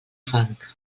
fang